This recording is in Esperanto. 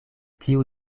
tiu